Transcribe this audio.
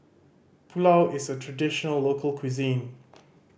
pulao is a traditional local cuisine